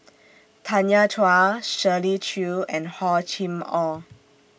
Tanya Chua Shirley Chew and Hor Chim Or